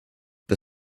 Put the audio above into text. the